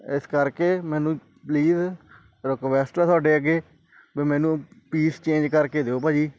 ਇਸ ਕਰਕੇ ਮੈਨੂੰ ਪਲੀਜ਼ ਰਿਕੁਐਸਟ ਆ ਤੁਹਾਡੇ ਅੱਗੇ ਵੀ ਮੈਨੂੰ ਪੀਸ ਚੇਂਜ ਕਰਕੇ ਦਿਓ ਭਾਅ ਜੀ